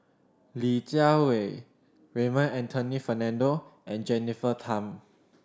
Li Jiawei Raymond Anthony Fernando and Jennifer Tham